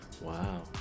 Wow